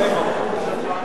תודה רבה,